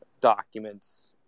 documents